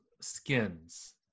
skins